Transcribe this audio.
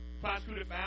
prosecuted